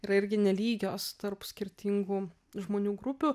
yra irgi nelygios tarp skirtingų žmonių grupių